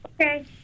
okay